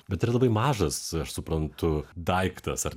bet tai yra labai mažas aš suprantu daiktas ar